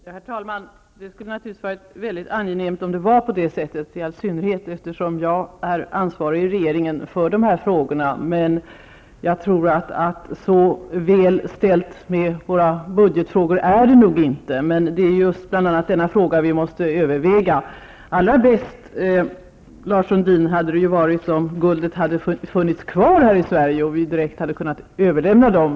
Herr talman! Det skulle naturligtvis ha varit mycket angenämt om det var på det sättet, i all synnerhet eftersom jag är ansvarig i regeringen för de här frågorna, men jag tror nog inte att det är så väl ställt med vår budget. Det är just bl.a. denna fråga vi måste överväga. Allra bäst, Lars Sundin, hade det ju varit om guldet hade funnits kvar här i Sverige och vi direkt hade kunnat överlämna det.